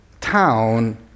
town